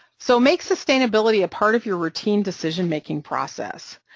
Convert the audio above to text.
so make sustainability a part of your routine decision-making process,